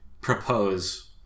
Propose